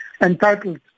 entitled